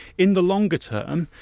in the longer term,